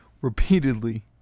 repeatedly